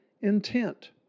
intent